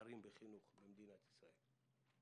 בפערים בחינוך במדינת ישראל.